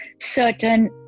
certain